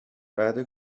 بعده